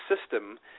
system